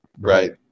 right